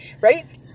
right